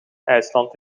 ijsland